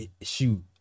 shoot